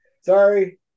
sorry